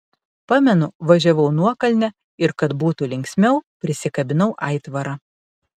pamenu važiavau nuokalne ir kad būtų linksmiau prisikabinau aitvarą